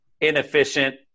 inefficient